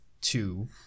Two